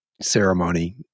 ceremony